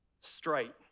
straight